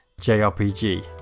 JRPG